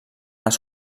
els